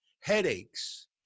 headaches